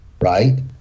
right